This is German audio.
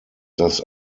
das